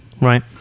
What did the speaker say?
Right